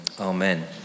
Amen